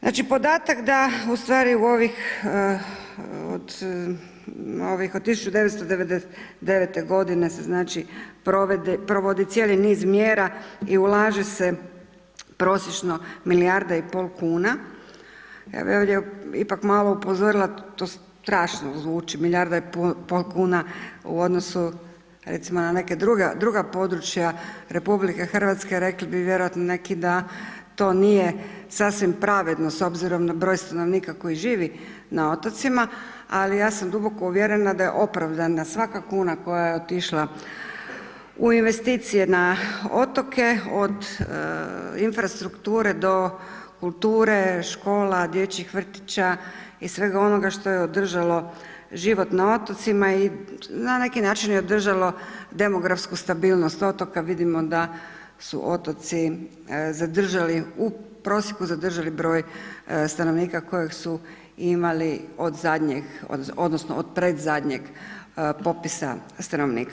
Znači, podatak da ustvari u ovih, od 1999.g. se znači provodi cijeli niz mjera i ulaže se prosječno milijarda i pol kuna, ja bi ovdje ipak malo upozorila, to strašno zvuči milijarda i pol kuna u odnosu recimo na neka druga područja RH, rekli bi vjerojatno neki da to nije sasvim pravedno s obzirom na broj stanovnika koji živi na otocima, ali ja sam duboko uvjerena da je opravdana svaka kuna koja je otišla u investicije na otoke od infrastrukture do kulture, škola, dječjih vrtića i svega onoga što je održalo život na otocima i na neki način je održalo demografsku stabilnost otoka, vidimo da su otoci zadržali, u prosjeku zadržali broj stanovnika kojeg su imali od zadnjeg odnosno od predzadnjeg popisa stavnovnika.